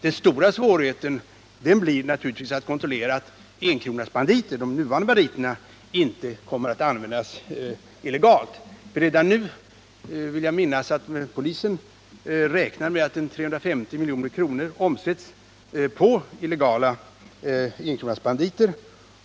Den stora svårigheten blir naturligtvis att kontrollera att enkronasbanditerna, de nuvarande banditerna, inte kommer att användas illegalt. Jag vill minnas att polisen räknar med att 350 milj.kr. omsätts på illegala enkronasbanditer.